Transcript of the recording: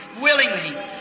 willingly